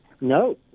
No